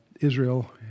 Israel